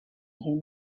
him